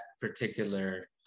particular